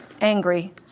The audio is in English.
angry